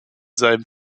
seinem